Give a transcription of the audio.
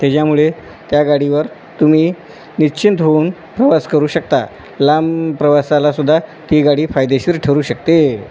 त्याच्यामुळे त्या गाडीवर तुम्ही निश्चिंत होऊन प्रवास करू शकता लांब प्रवासालासुद्धा ती गाडी फायदेशीर ठरू शकते